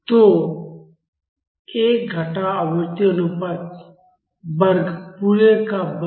तो 1 घटाव आवृत्ति अनुपात वर्ग पूरे का वर्ग